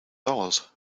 dollars